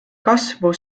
kasvu